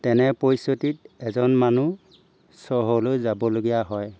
তেনে পৰিস্থিতিত এজন মানুহ চহৰলৈ যাবলগীয়া হয়